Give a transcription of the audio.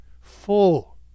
full